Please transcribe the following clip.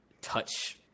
touch